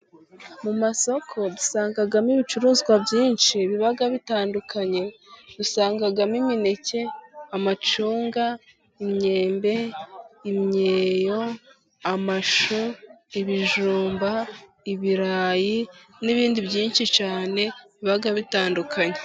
Mu masoko dusangamo ibicuruzwa byinshi biba bitandukanye. Usangagamo imineke, amacunga, imyembe, imyeyo, amashu, ibijumba, ibirayi, n'ibindi byinshi cyane biba bitandukanye.